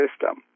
system